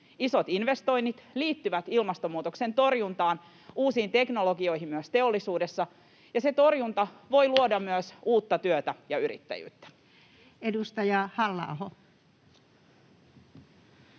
isot investoinnit liittyvät ilmastonmuutoksen torjuntaan, uusiin teknologioihin myös teollisuudessa, ja se torjunta voi luoda myös uutta työtä ja yrittäjyyttä. [Speech